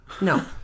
No